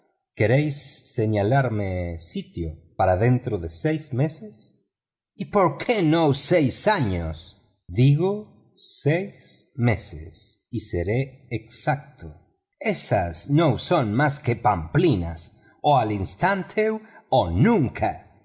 queréis señalarme sitio para dentro de seis meses por qué no seis años digo seis meses y seré exacto esas no son más que pamplinas o al instante o nunca